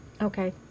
Okay